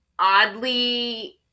oddly